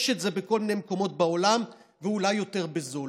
יש את זה בכל מיני מקומות בעולם, ואולי יותר בזול.